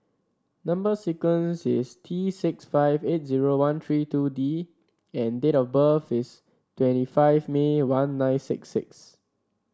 number sequence is T six five eight zero one three two D and date of birth is twenty five May one nine six six